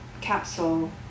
capsule